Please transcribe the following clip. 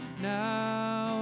now